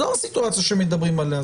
זו הסיטואציה שמדברים עליה.